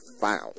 found